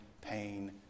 pain